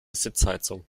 sitzheizung